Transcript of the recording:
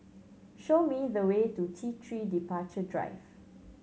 show me the way to T Three Departure Drive